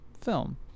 film